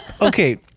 Okay